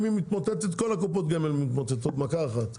אם היא מתמוטטת כל קופות הגמל מתמוטטות במכה אחת.